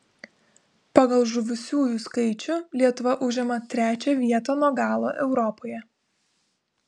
pagal žuvusiųjų skaičių lietuva užima trečią vietą nuo galo europoje